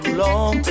long